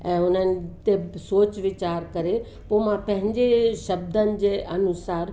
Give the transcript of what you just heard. ऐं उन्हनि ते सोच विचार करे पोइ मां पंहिंजे शब्दनि जे अनुसार